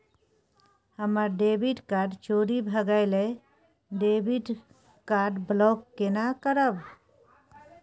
हमर debit card चोरी भगेलै डेबिट कार्ड ब्लॉक केना करब?